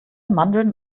mandeln